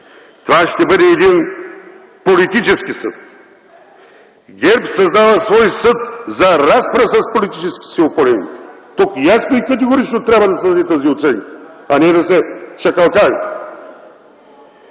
Това ще бъде един политически съд. ГЕРБ създава свой съд за разпра с политическите си опоненти. Тук ясно и категорично трябва да се даде тази оценка, а не да се шикалкави.